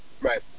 Right